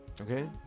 Okay